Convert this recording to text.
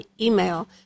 email